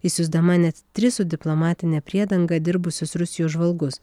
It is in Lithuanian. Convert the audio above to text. išsiųsdama net tris su diplomatine priedanga dirbusius rusijos žvalgus